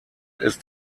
ist